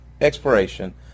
exploration